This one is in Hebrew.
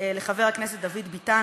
לחבר הכנסת דוד ביטן,